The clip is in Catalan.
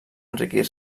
enriquir